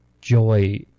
joy